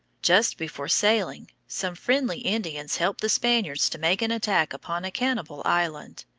just before sailing, some friendly indians helped the spaniards to make an attack upon a cannibal island.